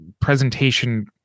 presentation